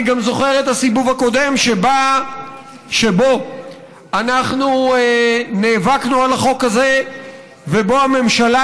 אני גם זוכר את הסיבוב הקודם שבו אנחנו נאבקנו על החוק הזה ובו הממשלה,